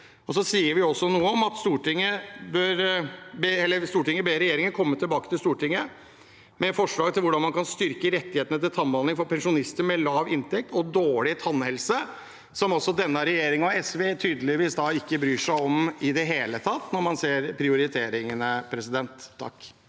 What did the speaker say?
Vi foreslår også at Stortinget ber regjeringen komme tilbake til Stortinget med forslag til hvordan man kan styrke rettighetene til tannbehandling for pensjonister med lav inntekt og dårlig tannhelse, som denne regjeringen og SV tydeligvis ikke bryr seg om i det hele tatt, når man ser prioriteringene.